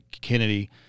Kennedy